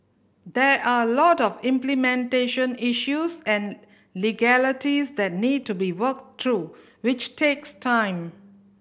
there are a lot of implementation issues and legalities that need to be worked through which takes time